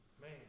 Man